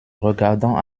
regardant